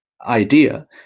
idea